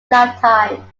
lifetime